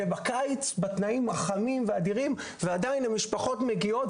בקיץ בתנאים החמים והאדירים עדיין המשפחות מגיעות.